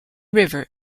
river